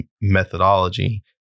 methodology